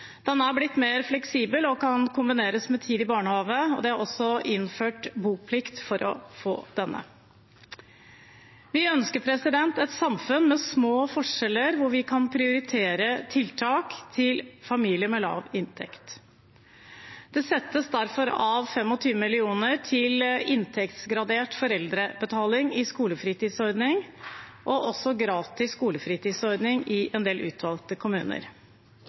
Den er blitt mer fleksibel og kan kombineres med tid i barnehage. Det er også innført boplikt for å få denne. Vi ønsker et samfunn med små forskjeller, hvor vi kan prioritere tiltak til familier med lav inntekt. Det settes derfor av 25 mill. kr til inntektsgradert foreldrebetaling i skolefritidsordning og gratis skolefritidsordning i en del utvalgte kommuner.